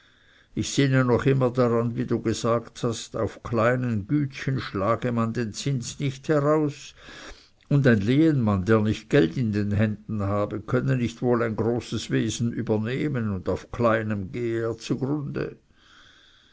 ich sinne noch immer daran wie du gesagt hast auf kleinen gütchen schlage man den zins nicht heraus und ein lehenmann der nicht geld in den händen habe könne nicht wohl ein großes wesen übernehmen und auf kleinen gehe er zugrunde